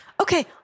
Okay